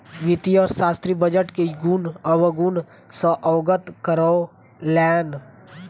वित्तीय अर्थशास्त्री बजट के गुण अवगुण सॅ अवगत करौलैन